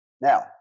Now